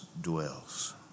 dwells